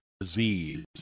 disease